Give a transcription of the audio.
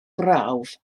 brawf